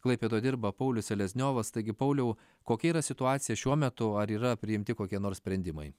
klaipėdoje dirba paulius selezniovas taigi pauliau kokia yra situacija šiuo metu ar yra priimti kokie nors sprendimai